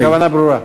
הכוונה ברורה.